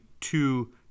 two